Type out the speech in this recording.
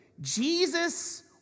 Jesus